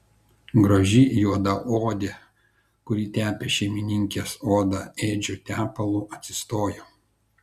graži juodaodė kuri tepė šeimininkės odą ėdžiu tepalu atsistojo